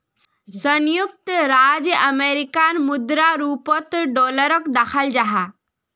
संयुक्त राज्य अमेरिकार मुद्रा रूपोत डॉलरोक दखाल जाहा